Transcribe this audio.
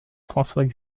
françois